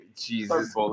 Jesus